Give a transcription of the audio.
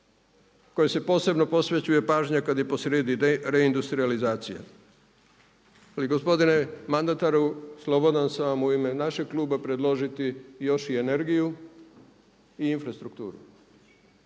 kojoj se posebno posvećuje pažnja kad je posrijedi reindustrijalizacija. Gospodine mandataru slobodan sam vam u ime našeg kluba predložiti još i energiju i infrastrukturu.